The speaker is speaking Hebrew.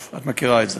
את מכירה את זה,